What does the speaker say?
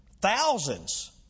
Thousands